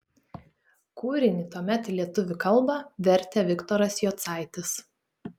kūrinį tuomet į lietuvių kalbą vertė viktoras jocaitis